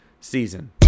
season